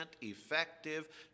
effective